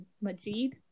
majid